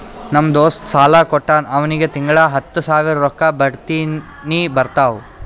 ನಮ್ ದೋಸ್ತ ಸಾಲಾ ಕೊಟ್ಟಾನ್ ಅವ್ನಿಗ ತಿಂಗಳಾ ಹತ್ತ್ ಸಾವಿರ ರೊಕ್ಕಾ ಬಡ್ಡಿನೆ ಬರ್ತಾವ್